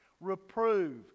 Reprove